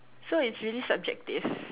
so it's really subjective